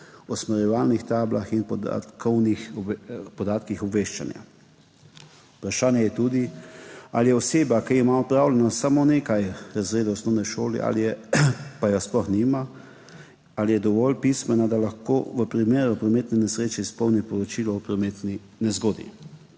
usmerjevalnih tablah in podatkih obveščanja. Vprašanje je tudi, ali je oseba, ki ima opravljenih samo nekaj razredov osnovne šole ali pa je sploh nima, dovolj pismena, da lahko v primeru prometne nesreče izpolni poročilo o prometni nezgodi.